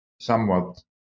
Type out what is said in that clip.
somewhat